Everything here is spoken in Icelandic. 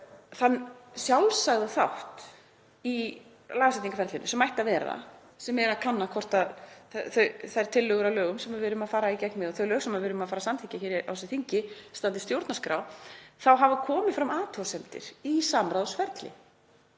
þann sjálfsagða þátt í lagasetningarferlinu, sem ætti að vera, sem er að kanna hvort þær tillögur að lögum sem við erum að fara í gegnum og þau lög sem við erum að fara að samþykkja hér á þingi standist stjórnarskrá, þá hafa komið fram athugasemdir í samráðsferli